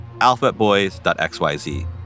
alphabetboys.xyz